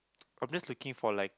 I'm just looking for like